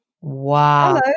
Wow